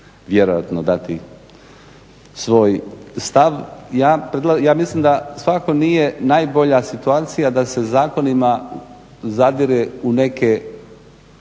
vjerojatno dati svoj stav. Ja mislim da svakako nije najbolja situacija da se zakonima zadire u neke